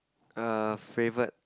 err favourite